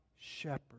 shepherd